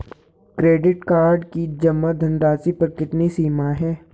Credit card की जमा धनराशि पर कितनी सीमा है?